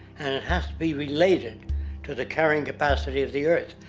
and it has to be related to the carrying capacity of the earth,